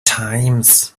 times